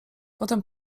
potem